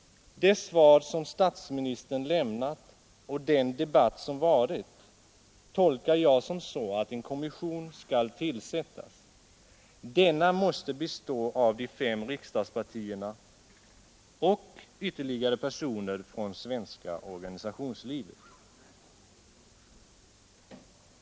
Det svar som statsministern lämnat och den debatt som varit tolkar jag som så att en kommission skall tillsättas. Denna måste bestå av de fem riksdagspartierna och ytterligare personer från svenska organisationslivet.